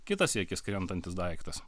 kitas į akis krentantis daiktas